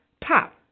pop